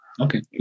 Okay